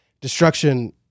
destruction